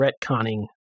retconning